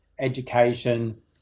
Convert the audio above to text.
education